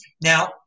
now